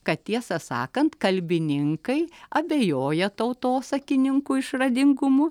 kad tiesą sakant kalbininkai abejoja tautosakininkų išradingumu